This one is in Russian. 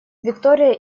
виктория